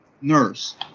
nurse